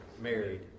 married